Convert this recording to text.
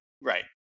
right